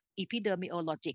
epidemiologic